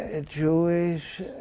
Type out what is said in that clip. Jewish